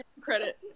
Credit